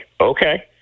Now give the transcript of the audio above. okay